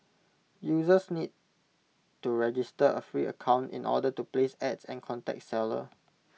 users need to register A free account in order to place ads and contact seller